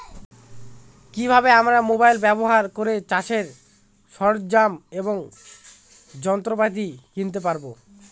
কি ভাবে আমরা মোবাইল ব্যাবহার করে চাষের সরঞ্জাম এবং যন্ত্রপাতি কিনতে পারবো?